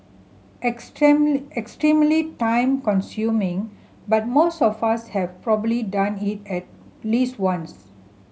extremely time consuming but most of us have probably done it at least once